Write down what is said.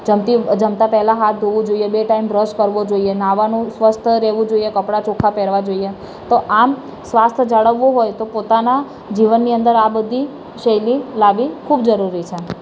જમતી જમતા પહેલાં હાથ ધોવું જોઈએ બે ટાઈમ બ્રશ કરવું જોઈએ નાહવાનું સ્વસ્થ રહેવું જોઈએ કપડાં ચોખ્ખાં પહેરવાં જોઈએ તો આમ સ્વાસ્થ જાળવવું હોય તો પોતાના જીવનની અંદર આ બધી શૈલી લાવવી ખૂબ જરૂરી છે